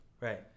Right